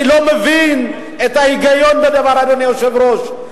אני לא מבין את ההיגיון בדבר, אדוני היושב-ראש.